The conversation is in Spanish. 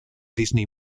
disney